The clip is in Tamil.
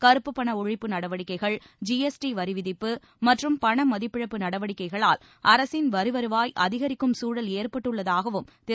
கருப்பு பண ஒழிப்பு நடவடிக்கைகள் ஜி எஸ் டி வரிவிதிப்பு மற்றும் பணமதிப்பிழப்பு நடவடிக்கைகளால் அரசின் வரி வருவாய் அதிகரிக்கும் சூழல் ஏற்பட்டுள்ளதாகவும் திரு